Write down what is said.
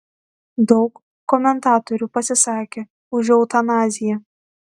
daug komentatorių pasisakė už eutanaziją